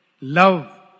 love